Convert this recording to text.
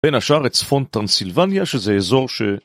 בין השאר את צפון טרנסילבניה שזה אזור ש...